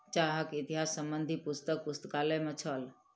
चाहक इतिहास संबंधी पुस्तक पुस्तकालय में छल